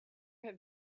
have